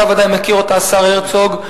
השר הרצוג,